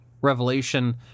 revelation